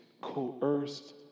coerced